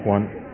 One